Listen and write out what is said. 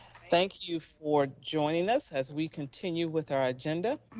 thank you for joining us as we continue with our agenda,